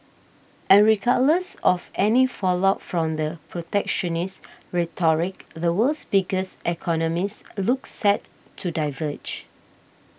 and regardless of any fallout from the protectionist rhetoric the world's biggest economies look set to diverge